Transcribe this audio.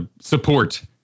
support